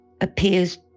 appears